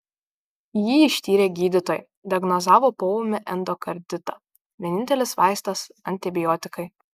jį ištyrę gydytojai diagnozavo poūmį endokarditą vienintelis vaistas antibiotikai